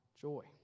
joy